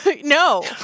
No